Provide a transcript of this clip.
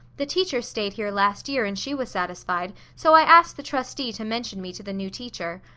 the teacher stayed here last year and she was satisfied, so i ast the trustee to mention me to the new teacher.